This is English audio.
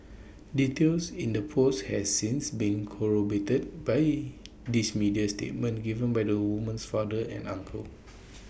details in the post has since been corroborated by these media statements given by the woman's father and uncle